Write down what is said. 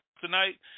tonight